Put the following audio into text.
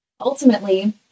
Ultimately